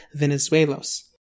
Venezuelos